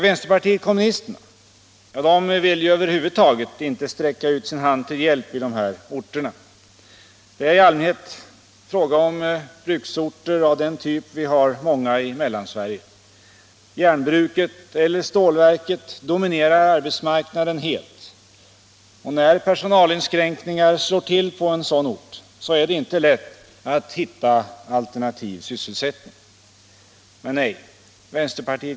Vänsterpartiet kommunisterna vill över huvud taget inte sträcka ut Vissa industri och sin hand till hjälp i de här orterna. Det är i allmänhet fråga om bruksorter = sysselsättningsstiav den typ vi har många av i Mellansverige; järnbruket eller stålverket — mulerande åtgärdominerar arbetsmarknaden helt. När personalinskränkningar slår till på — der, m.m. en sådan ort är det inte lätt att hitta alternativ sysselsättning. Men nej!